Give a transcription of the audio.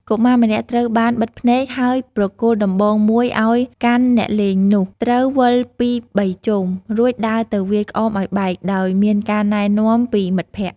កុមារម្នាក់ត្រូវបានបិទភ្នែក ហើយប្រគល់ដំបងមួយឱ្យកាន់អ្នកលេងនោះត្រូវវិលពីរបីជុំ រួចដើរទៅវាយក្អមឱ្យបែក ដោយមានការណែនាំពីមិត្តភក្តិ ។